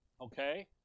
Okay